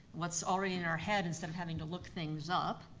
what's already in our head instead of having to look things up,